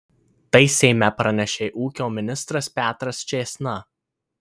tai seime pranešė ūkio ministras petras čėsna